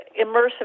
immersive